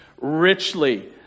richly